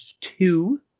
two